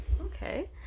Okay